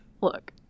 Look